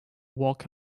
walk